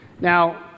Now